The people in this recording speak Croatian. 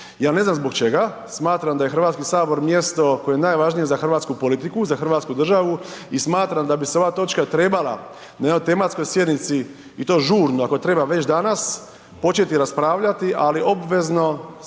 Ja ne znam zbog čega, smatram da je Hrvatski sabor mjesto koje je najvažnije za hrvatsku politiku, za hrvatsku državu i smatram da bi se ova točka trebala na jednoj tematskoj sjednici i to žurno, ako treba već danas početi raspravljati ali obvezno